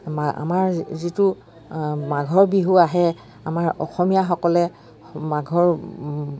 আমাৰ যিটো মাঘৰ বিহু আহে আমাৰ অসমীয়াসকলে মাঘৰ